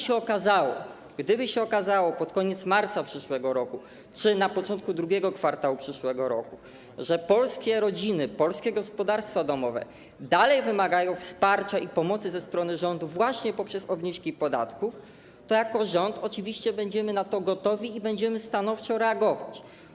I gdyby się okazało pod koniec marca przyszłego roku, czy na początku II kwartału przyszłego roku, że polskie rodziny, polskie gospodarstwa domowe dalej wymagają wsparcia i pomocy ze strony rządu właśnie poprzez obniżki podatków, to jako rząd oczywiście będziemy na to gotowi i będziemy stanowczo reagować.